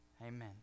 Amen